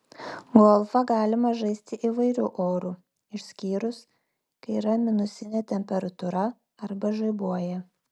golfą galima žaisti įvairiu oru išskyrus kai yra minusinė temperatūra arba žaibuoja